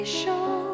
show